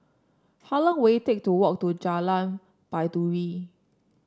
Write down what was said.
how long will it take to walk to Jalan Baiduri